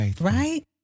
right